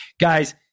Guys